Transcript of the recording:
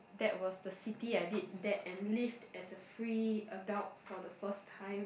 that was the city I did that and lived as a free adult for the first time